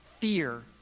Fear